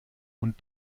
und